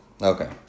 Okay